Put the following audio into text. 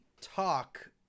talk